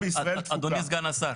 אדוני סגן השר,